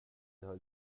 gjort